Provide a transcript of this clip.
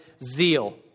zeal